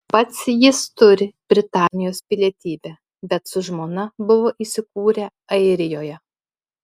pats jis turi britanijos pilietybę bet su žmona buvo įsikūrę airijoje